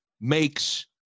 makes